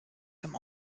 dem